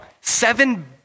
Seven